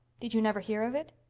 did you never hear of it?